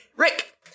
Rick